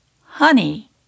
honey